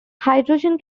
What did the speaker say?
hydrogen